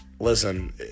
Listen